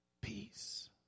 peace